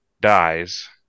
dies